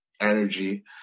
energy